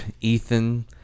Ethan